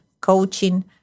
coaching